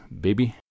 Baby